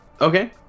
Okay